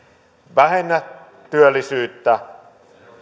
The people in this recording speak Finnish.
vähennä työllisyyttä